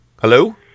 Hello